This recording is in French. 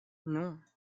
non